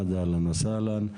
אהלן וסהלן,